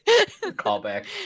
Callback